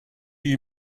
you